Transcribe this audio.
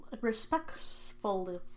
Respectfully